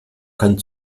kann